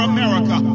America